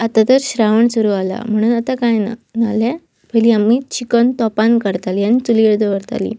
आतां तर श्रावण सुरू जाला म्हणून आतां कांय ना नाल्या पयलीं आमी चिकन तोपान करतालीं आनी चुलीर दवरतालीं